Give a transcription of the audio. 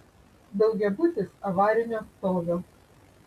daugiabutis avarinio stovio